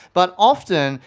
but often,